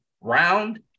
round